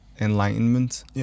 Enlightenment